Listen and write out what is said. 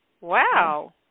Wow